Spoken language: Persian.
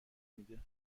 میده